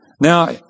Now